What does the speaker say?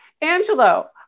Angelo